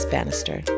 Bannister